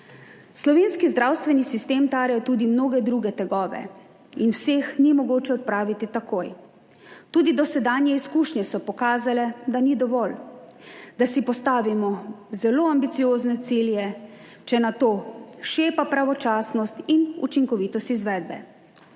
Slovenski zdravstveni sistem tarejo tudi mnoge druge tegobe in vseh ni mogoče odpraviti takoj. Tudi dosedanje izkušnje so pokazale, da ni dovolj, da si postavimo zelo ambiciozne cilje, če nato šepa pravočasnost in učinkovitost izvedbe.